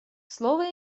слово